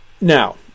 now